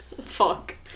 fuck